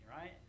right